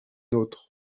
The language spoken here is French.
autre